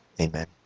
amen